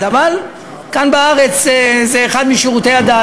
אבל כאן בארץ זה אחד משירותי הדת.